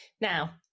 Now